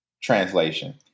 translation